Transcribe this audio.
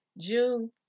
June